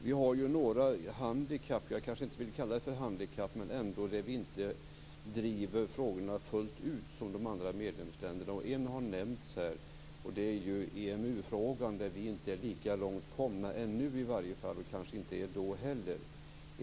Vi har några handikapp - ja, kanske skall jag inte kalla det för handikapp - där vi inte driver frågorna fullt ut som de andra medlemsländerna. En sak har nämnts här och det är EMU-frågan där vi inte är lika långt komna, ännu i varje fall - kanske är vi det inte heller då.